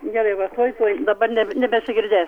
gerai va tuoj tuoj dabar nebesigirdės